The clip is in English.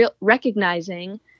recognizing